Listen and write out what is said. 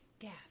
Yes